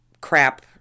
crap